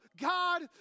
God